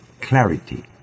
clarity